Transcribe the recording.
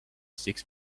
six